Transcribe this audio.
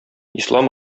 ислам